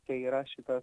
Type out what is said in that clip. kai yra šitas